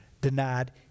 denied